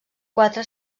quatre